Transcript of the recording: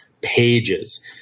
pages